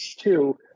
two